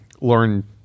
Lauren